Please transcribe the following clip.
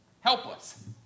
Helpless